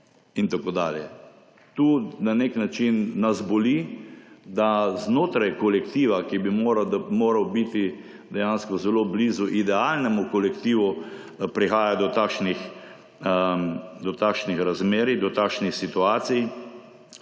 in tako dalje. Tu na nas na nek način boli, da znotraj kolektiva, ki bi moral biti dejansko zelo blizu idealnemu kolektivu, prihaja do takšnih razmerij, do takšnih situacij,